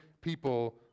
people